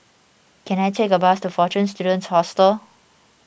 can I take a bus to fortune Students Hostel